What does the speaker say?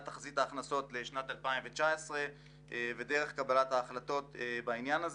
תחזית ההכנסות לגבי שנת 2019 ודרך קבלת ההחלטות בעניין הזה.